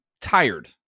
tired